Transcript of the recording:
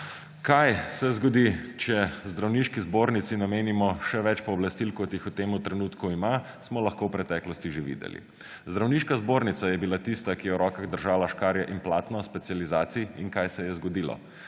Kaj se zgodi, če Zdravniški zbornici namenimo še več pooblastil kot jih v tem trenutku ima smo lahko v preteklosti že videli. Zdravniška zbornica je bila tista, ki je v rokah držala škarje in platno specializaciji in kaj se je zgodilo?